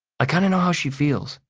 i kind of know how she feels.